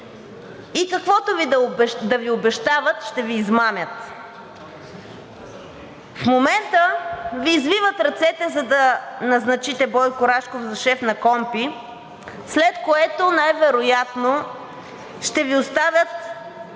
и каквото и да Ви обещават – ще Ви измамят. В момента Ви извиват ръцете, за да назначите Бойко Рашков за шеф на КПКОНПИ, след което най-вероятно ще Ви оставят